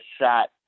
shot